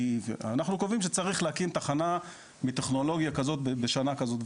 אנחנו קובעים שצריך להקים תחנה מטכנולוגיה כזו בשנה כזו,